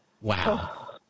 Wow